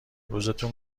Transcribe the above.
روزتون